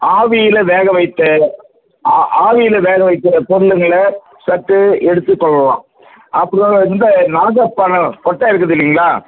ஆவியில் வேகவைத்த ஆ ஆவியில் வேகவைத்த பொருளுங்களை சற்று எடுத்துக்கொள்ளலாம் அப்புறம் இந்த நாகப்பழம் கொட்டை இருக்குது இல்லைங்களா